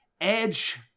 Edge